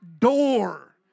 Door